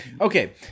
okay